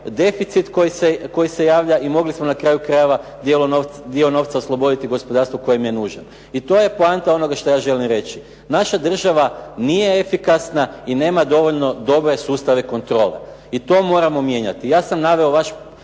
deficit koji se javlja i mogli smo na kraju krajeva dio novca osloboditi gospodarstvu koje im je nužno. I to je poanta onoga što ja želim reći. Naša država nije efikasna i nema dovoljno dobre sustave kontrole i to moramo mijenjati. Ja sam naveo vaš